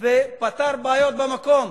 ופתר בעיות במקום.